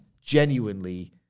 genuinely